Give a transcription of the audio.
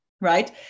right